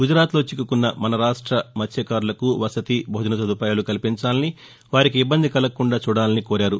గుజరాత్లో చిక్కుకున్న మన రాష్ట మత్స్వకారులకు వసతి భోజన సదుపాయాలు కల్పించాలని వారికి ఇబ్బంది కలగకుండా చూడాలని కోరారు